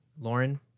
Lauren